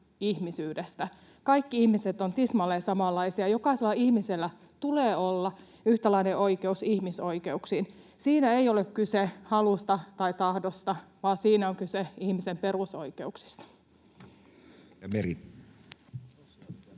Kaikki ihmiset ovat tismalleen samanlaisia. Jokaisella ihmisellä tulee olla yhtäläinen oikeus ihmisoikeuksiin. Siinä ei ole kyse halusta tai tahdosta, vaan siinä on kyse ihmisen perusoikeuksista.